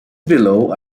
below